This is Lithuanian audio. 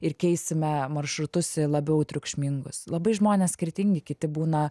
ir keisime maršrutus į labiau triukšmingus labai žmonės skirtingi kiti būna